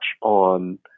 on